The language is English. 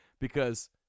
because-